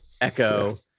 Echo